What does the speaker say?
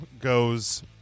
goes